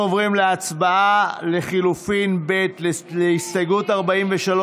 אנחנו עוברים להצבעה לחלופין ב' להסתייגות 43,